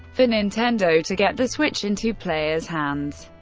for nintendo to get the switch into players' hands,